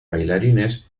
bailarines